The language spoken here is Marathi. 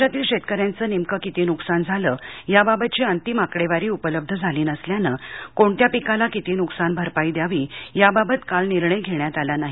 राज्यातील शेतकऱ्यांचं नेमकं किती नुकसान झालं याबाबतची अंतिम आकडेवारी उपलब्ध झाली नसल्यानं कोणत्या पिकाला किती नुकसान भरपाई द्यावी याबाबत आज निर्णय घेण्यात आला नाही